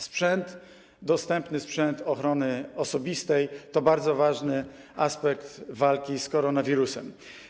Sprzęt, dostępny sprzęt ochrony osobistej to bardzo ważny aspekt walki z koronawirusem.